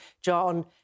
John